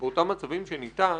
באותם מצבים שניתן,